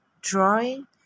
drawing